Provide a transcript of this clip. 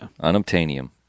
Unobtainium